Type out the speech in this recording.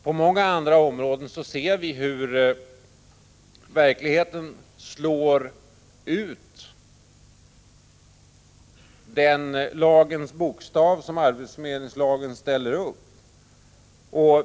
På många andra områden ser vi hur verkligheten slår ut den lagens bokstav som arbetsförmedlingslagen ställer upp.